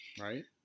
Right